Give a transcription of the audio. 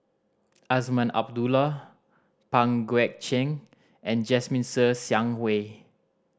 Azman Abdullah Pang Guek Cheng and Jasmine Ser Xiang Wei